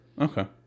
Okay